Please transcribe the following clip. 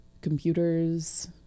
computers